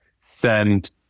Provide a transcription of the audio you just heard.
send